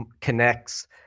connects